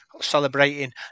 celebrating